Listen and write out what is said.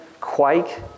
quake